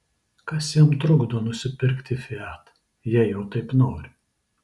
kas jam trukdo nusipirkti fiat jei jau taip nori